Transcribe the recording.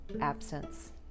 absence